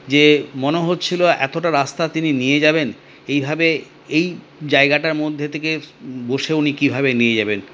যে মনে হচ্ছিল এতটা রাস্তা তিনি নিয়ে যাবেন এইভাবে এই জায়গাটার মধ্যে থেকে বসে উনি কিভাবে উনি নিয়ে যাবেন